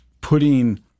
putting